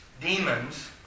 Demons